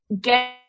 get